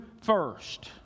first